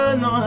no